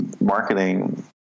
marketing